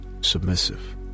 submissive